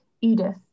edith